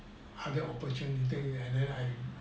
other opportunity and then I